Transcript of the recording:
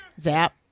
zap